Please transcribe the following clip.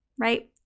right